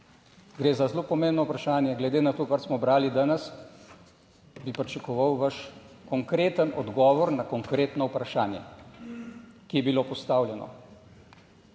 Gre za zelo pomembno vprašanje. Glede na to, kar smo brali danes, bi pričakoval vaš konkreten odgovor na konkretno vprašanje, ki je bilo postavljeno.